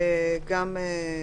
גם ב-(2)